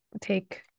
take